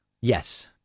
Yes